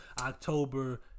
October